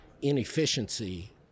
inefficiency